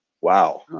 Wow